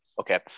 Okay